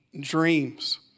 dreams